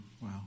Wow